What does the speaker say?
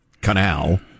canal